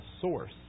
source